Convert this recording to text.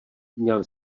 měl